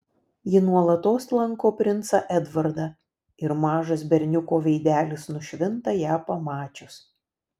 ji nuolatos lanko princą edvardą ir mažas berniuko veidelis nušvinta ją pamačius